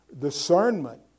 discernment